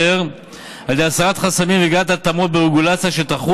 בין היתר על ידי הסרת חסמים וקביעת התאמות ברגולציה שתחול